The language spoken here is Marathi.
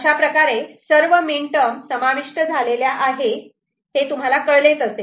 अशाप्रकारे सर्व मीन टर्म समाविष्ट झालेल्या आहे हे तुम्हाला कळलेच असेल